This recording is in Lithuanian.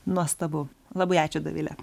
nuostabu labai ačiū dovile